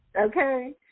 Okay